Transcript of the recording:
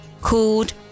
called